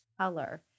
color